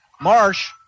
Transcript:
Marsh